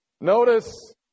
Notice